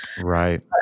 Right